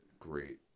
great